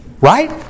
right